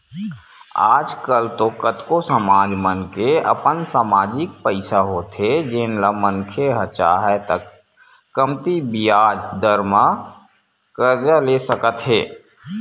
आज कल तो कतको समाज मन के अपन समाजिक पइसा होथे जेन ल मनखे ह चाहय त कमती बियाज दर म करजा ले सकत हे